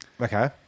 Okay